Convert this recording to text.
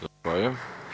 Zahvaljujem.